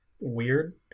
weird